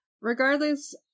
Regardless